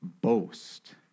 boast